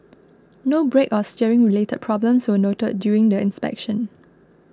no brake or steering related problems were noted during the inspection